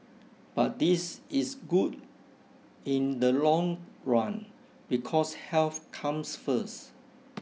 but this is good in the long run because health comes first